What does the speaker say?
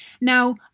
Now